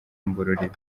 ngororero